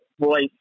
voice